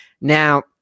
Now